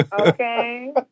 Okay